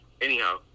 anyhow